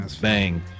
bang